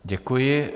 Děkuji.